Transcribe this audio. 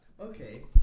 Okay